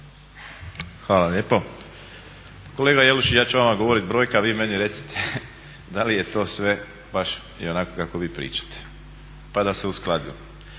Hvala lijepo. Kolega Jelušić, ja ću vama govorit brojke, a vi meni recite da li je to sve baš i onako kako vi pričate pa da se uskladimo.